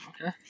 Okay